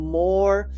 more